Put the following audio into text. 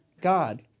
God